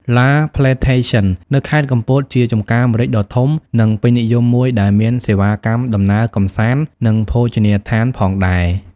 La Plantation នៅខេត្តកំពតជាចម្ការម្រេចដ៏ធំ និងពេញនិយមមួយ ដែលមានសេវាកម្មដំណើរកម្សាន្ត និងភោជនីយដ្ឋានផងដែរ ។